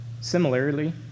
Similarly